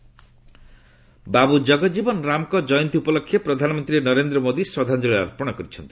ଜଗଜ୍ଜୀବନ ଶ୍ରଦ୍ଧାଞ୍ଞଳି ବାବୁ ଜଗଜୀବନ ରାମଙ୍କ ଜୟନ୍ତୀ ଉପଲକ୍ଷେ ପ୍ରଧାନମନ୍ତ୍ରୀ ନରେନ୍ଦ୍ର ମୋଦି ଶ୍ରଦ୍ଧାଞ୍ଚଳି ଅର୍ପଣ କରିଛନ୍ତି